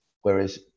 Whereas